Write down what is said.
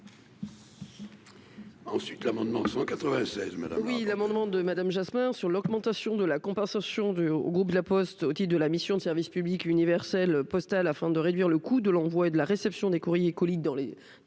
Ensuite, l'amendement 196